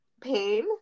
pain